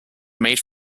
made